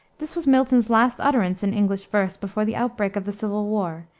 this was milton's last utterance in english verse before the outbreak of the civil war,